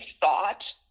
thought